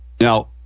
Now